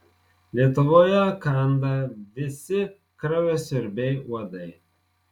lietuvoje kanda visi kraujasiurbiai uodai